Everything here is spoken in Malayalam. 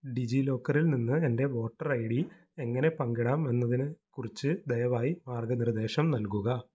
ഡിജി ലോക്കറിൽ നിന്ന് എൻ്റെ വോട്ടർ ഐ ഡി എങ്ങനെ പങ്കിടാം എന്നതിനെ കുറിച്ച് ദയവായി മാർഗ്ഗ നിർദ്ദേശം നൽകുക